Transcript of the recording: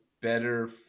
better